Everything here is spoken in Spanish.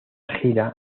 gira